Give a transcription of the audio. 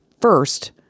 first